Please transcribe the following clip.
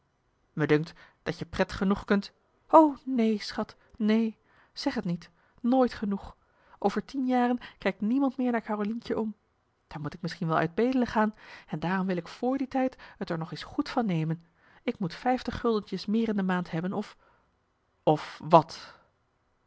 me dunkt dat je pret genoeg kunt o neen schat neen zeg t niet nooit genoeg over tien jaren kijkt niemand meer naar carolientje om dan moet ik misschien wel uit bedelen gaan en daarom wil ik vr die tijd t er nog eens goed van nemen ik moet vijftig guldentjes meer in de maand hebben of